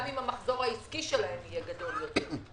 גם אם המחזור העסקי שלהם יהיה גדול יותר.